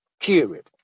period